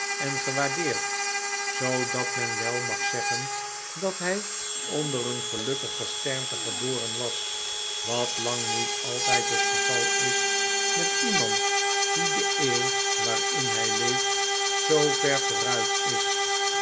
en gewaardeerd zoodat men wei mag zeggen dat hij onder een gelukkig gesternte geboren was wat lang niet altijd het geval is met iemand die de eeuw waarin hij leeft zoo ver vooruit is